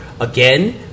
again